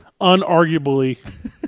Unarguably